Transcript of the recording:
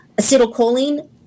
acetylcholine